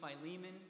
Philemon